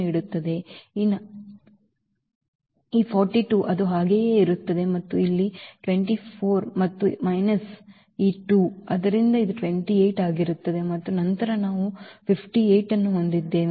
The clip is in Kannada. ಈ 42 ಅದು ಹಾಗೆಯೇ ಇರುತ್ತದೆ ಮತ್ತು ಇಲ್ಲಿ 24 ಮತ್ತು ಮೈನಸ್ ಈ 2 ಆದ್ದರಿಂದ ಇದು 28 ಆಗಿರುತ್ತದೆ ಮತ್ತು ನಂತರ ನಾವು 58 ಅನ್ನು ಹೊಂದಿದ್ದೇವೆ